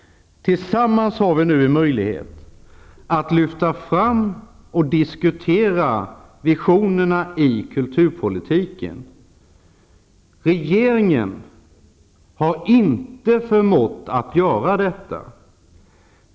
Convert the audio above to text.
Tillsammans har vi nu en möjlighet att lyfta fram och diskutera visionerna i kulturpolitiken. Regeringen har inte förmått att göra detta.